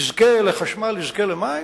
יזכה לחשמל, יזכה למים,